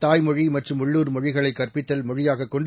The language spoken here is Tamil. தாய்மொழி மற்றும் உள்ளுர் மொழிகளை கற்பித்தல் மொழியாக கொண்டு